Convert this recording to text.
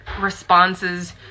responses